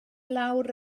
lawr